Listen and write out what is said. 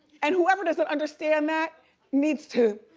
and whoever doesn't understand that needs to